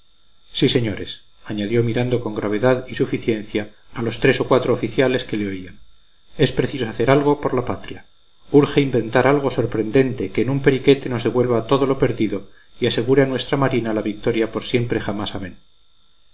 sí señores añadió mirando con gravedad y suficiencia a los tres o cuatro oficiales que le oían es preciso hacer algo por la patria urge inventar algo sorprendente que en un periquete nos devuelva todo lo perdido y asegure a nuestra marina la victoria por siempre jamás amén